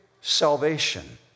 salvation